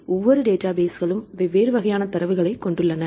ஒவ்வொரு டேட்டாபேஸ்களும் வெவ்வேறு வகையான தரவுகளைக் கொண்டுள்ளன